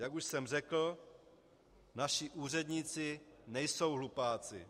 Jak už jsem řekl, naši úředníci nejsou hlupáci.